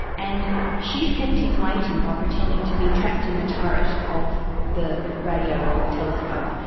and she has kept him waiting by pretending to be trapped in the turret of the radio telescope,